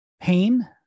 pain